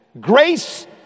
grace